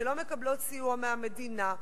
שלא מקבלות סיוע מהמדינה,